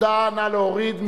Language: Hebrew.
נא להוריד.